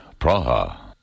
Praha